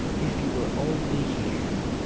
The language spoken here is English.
if you were only here!